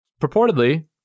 purportedly